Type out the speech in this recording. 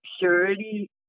purity